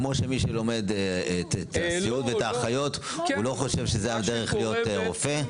כמו שמי שלומד סיעוד ואחים ואחיות לא חושב שזו הדרך להיות רופא,